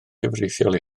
cyfreithiol